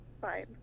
fine